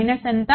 minus ఎంత